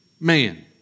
man